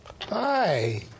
Hi